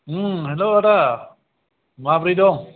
hello आदा माबोरै दं